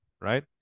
right